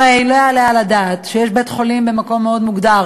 הרי לא יעלה על הדעת שיש בית-חולים במקום מאוד מאוד מוגדר,